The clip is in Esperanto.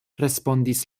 respondis